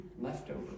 leftover